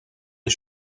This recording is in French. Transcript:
des